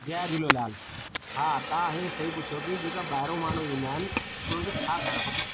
जय झूलेलाल हा तव्हां हे सही पुछियो की जेका ॿाहिरियों माण्हू ईंदा आहिनि की उन्हनि खे छा खाइणो खपे